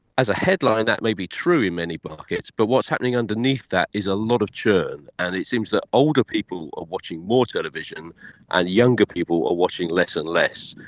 as a headline that may be true in many but markets but what is happening underneath that is a lot of churn, and it seems that older people are watching more television and ah younger people are watching less and less.